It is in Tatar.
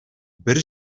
бер